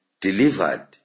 delivered